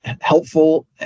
helpful